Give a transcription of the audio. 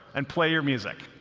and play your music.